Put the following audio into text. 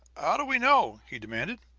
how do we know, he demanded,